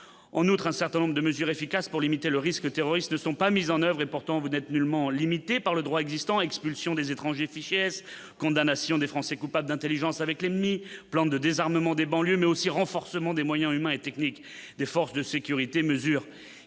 en outre un certain nombre de mesures efficaces pour limiter le risque terroriste ne sont pas mises en oeuvre et pourtant vous n'êtes nullement limitée par le droit existant, expulsion des étrangers fichés S condamnation des Français Coupat d'Intelligence avec l'ennemi, plan de désarmement des banlieues mais aussi renforcement des moyens humains et techniques des forces de sécurité, mesure